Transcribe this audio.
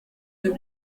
deux